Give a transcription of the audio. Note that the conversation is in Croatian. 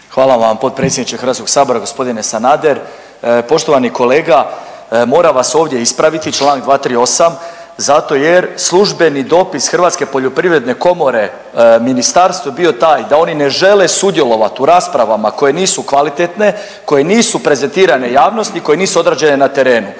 Hvala vam potpredsjedniče Hrvatskoga sabora gospodine Sanader. Poštovani kolega moram vas ovdje ispraviti, Članak 238., zato jer službeni dopis Hrvatske poljoprivredne komore ministarstvu je bio taj da oni ne žele sudjelovati u raspravama koje nisu kvalitetne, koje nisu prezentirane javnosti i koje nisu odrađene na terenu.